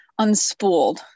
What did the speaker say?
unspooled